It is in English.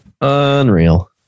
Unreal